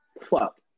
Fuck